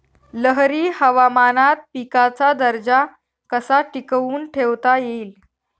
लहरी हवामानात पिकाचा दर्जा कसा टिकवून ठेवता येईल?